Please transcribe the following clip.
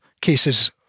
cases